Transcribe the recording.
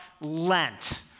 Lent